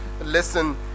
listen